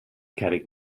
cerrig